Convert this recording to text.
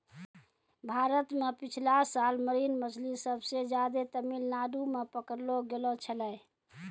भारत मॅ पिछला साल मरीन मछली सबसे ज्यादे तमिलनाडू मॅ पकड़लो गेलो छेलै